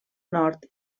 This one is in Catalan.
nord